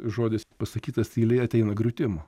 žodis pasakytas tyliai ateina griūtim